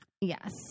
Yes